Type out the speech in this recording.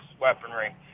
weaponry